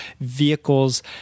vehicles